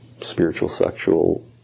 spiritual-sexual